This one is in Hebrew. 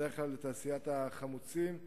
בדרך כלל לתעשיית החמוצים,